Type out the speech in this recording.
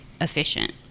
efficient